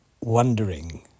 wondering